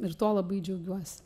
ir tuo labai džiaugiuosi